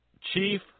Chief